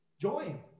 join